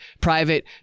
private